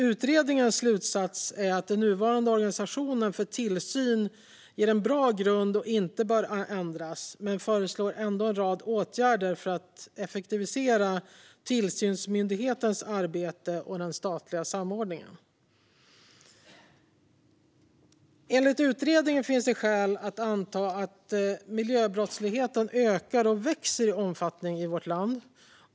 Utredningens slutsats är att den nuvarande organisationen för tillsyn ger en bra grund och inte bör ändras, men man föreslår ändå en rad åtgärder för att effektivisera tillsynsmyndighetens arbete och den statliga samordningen. Enligt utredningen finns det skäl att anta att miljöbrottsligheten ökar i omfattning i vårt land.